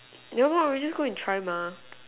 never lah we go just go and try mah